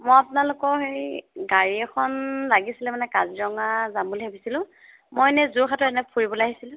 মই আপোনালোকৰ হেৰি গাড়ী এখন লাগিছিলে মানে কাজিৰঙা যাম বুলি ভাবিছিলোঁ মই এনেই যোৰহাটৰ এনে ফুৰিবলৈ আহিছিলোঁ